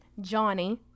johnny